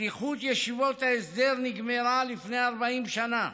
שליחות ישיבות ההסדר נגמרה לפני 40 שנה.